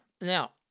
Now